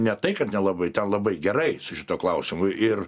ne tai kad nelabai ten labai gerai su šituo klausimu ir